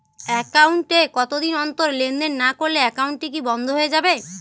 Account এ কতদিন অন্তর লেনদেন না করলে একাউন্টটি কি বন্ধ হয়ে যাবে?